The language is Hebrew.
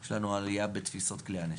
יש לנו עלייה בתפיסות כלי הנשק,